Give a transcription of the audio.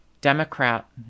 democrat